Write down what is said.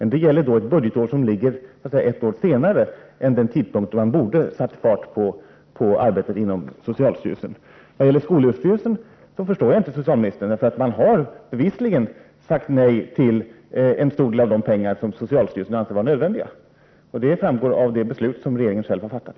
Men det gäller ju ett budgetår som ligger så att säga ett år senare än den tidpunkt då man borde ha satt fart på arbetet inom socialstyrelsen. När det gäller skolöverstyrelsen förstår jag inte vad socialministern menar, eftersom regeringen bevisligen har sagt nej till en stor del av de pengar som skolöverstyrelsen anser vara nödvändiga. Det framgår av det beslut som regeringen själv har fattat.